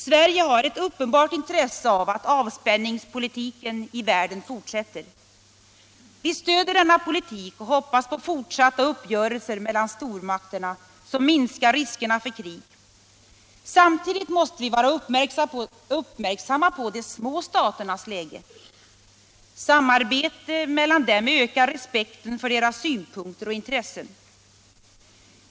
Sverige har ett uppenbart intresse av att avspänningspolitiken i världen fortsätter. Vi stöder denna politik och hoppas på fortsatta uppgörelser mellan stormakterna som minskar riskerna för krig. Samtidigt måste vi vara uppmärksamma på de små staternas läge. Samarbete mellan dem ökar respekten för deras synpunkter och intressen.